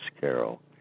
Carol